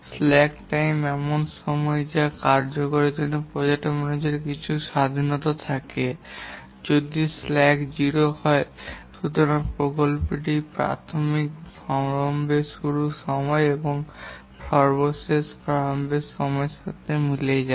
slack time এমন সময় যা কার্যটির জন্য প্রজেক্ট ম্যানেজারের কিছুটা স্বাধীনতা থাকে যদি স্ল্যাক 0 হয় এবং প্রকল্পটি প্রারম্ভিক শুরুর সময় এবং সর্বশেষ প্রারম্ভিক সময়ের সাথে মিলে যায়